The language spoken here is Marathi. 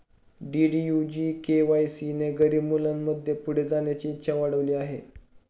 डी.डी.यू जी.के.वाय ने गरीब मुलांमध्ये पुढे जाण्याची इच्छा वाढविली आहे